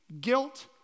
guilt